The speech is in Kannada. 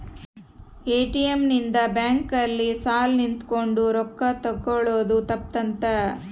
ಎ.ಟಿ.ಎಮ್ ಇಂದ ಬ್ಯಾಂಕ್ ಅಲ್ಲಿ ಸಾಲ್ ನಿಂತ್ಕೊಂಡ್ ರೊಕ್ಕ ತೆಕ್ಕೊಳೊದು ತಪ್ಪುತ್ತ